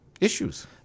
issues